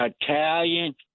Italian